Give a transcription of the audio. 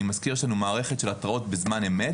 אני מזכיר שזו מערכת של התראות בזמן אמת,